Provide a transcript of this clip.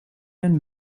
and